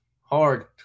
hard